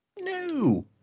No